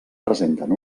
presenten